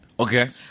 okay